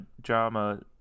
Drama